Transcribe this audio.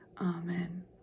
amen